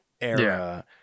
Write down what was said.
era